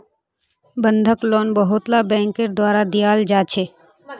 बंधक लोन बहुतला बैंकेर द्वारा दियाल जा छे